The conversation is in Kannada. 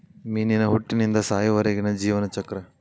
ಮೇನಿನ ಹುಟ್ಟಿನಿಂದ ಸಾಯುವರೆಗಿನ ಜೇವನ ಚಕ್ರ